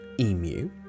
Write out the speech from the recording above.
emu